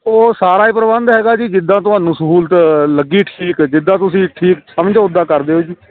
ਉਹ ਸਾਰਾ ਹੀ ਪ੍ਰਬੰਧ ਹੈਗਾ ਜੀ ਜਿੱਦਾਂ ਤੁਹਾਨੂੰ ਸਹੂਲਤ ਲੱਗੀ ਠੀਕ ਜਿੱਦਾਂ ਤੁਸੀਂ ਠੀਕ ਸਮਝਦੇ ਹੋ ਉਦਾਂ ਕਰ ਦਿਓ ਜੀ